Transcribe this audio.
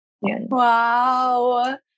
wow